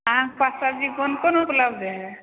अहाँ पास सब्जी कोन कोन उपलब्ध हइ